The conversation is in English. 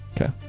Okay